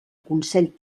consell